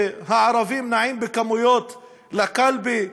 שהערבים נעים בכמויות לקלפי,